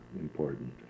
important